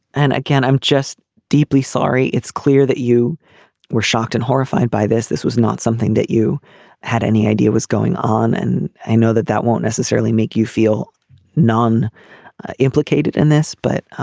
and again i'm just deeply sorry. it's clear that you were shocked and horrified by this. this was not something that you had any idea was going on and i know that that won't necessarily make you feel non implicated in this. but